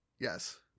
Yes